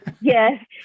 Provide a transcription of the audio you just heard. Yes